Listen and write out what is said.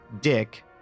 Dick